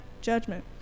judgment